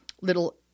little